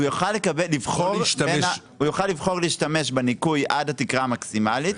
הוא יוכל לבחור להשתמש בניכוי עד התקרה המקסימלית,